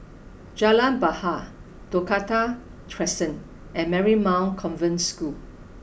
Jalan Bahar Dakota Crescent and Marymount Convent School